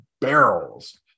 barrels